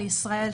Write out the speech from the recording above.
לישראל,